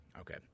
Okay